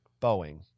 Boeing